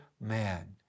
man